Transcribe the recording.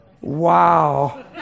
Wow